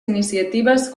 iniciatives